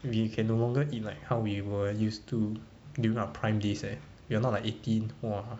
we can no longer we like how we were used to during our prime days eh we're not like eighteen !wah!